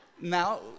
Now